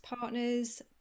partners